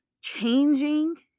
changing